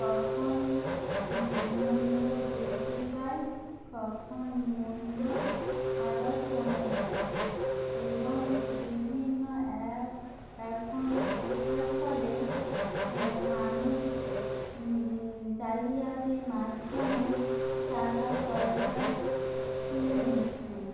কখন মূল্য বৃদ্ধি পায় কখন মূল্য আবার কমে যায় এবং বিভিন্ন অ্যাপ এখন ওঠার ফলে মানুষ জালিয়াতির মাধ্যমে টাকা পয়সা তুলে নিচ্ছে